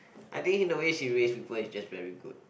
I think in the way she raise people it's just very good